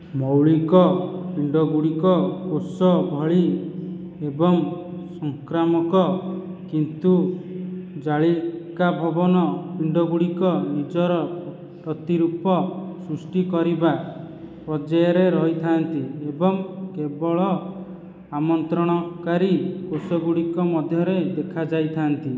ମୌଳିକ ପିଣ୍ଡଗୁଡ଼ିକ କୋଷ ଭଳି ଏବଂ ସଙ୍କ୍ରାମକ କିନ୍ତୁ ଜାଳିକା ଭବନ ପିଣ୍ଡଗୁଡ଼ିକ ନିଜର ପ୍ରତିରୂପ ସୃଷ୍ଟି କରିବା ପର୍ଯ୍ୟାୟରେ ରହିଥାନ୍ତି ଏବଂ କେବଳ ଆମନ୍ତ୍ରଣକାରୀ କୋଷଗୁଡ଼ିକ ମଧ୍ୟରେ ଦେଖାଯାଇଥାନ୍ତି